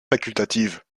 facultative